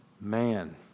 Man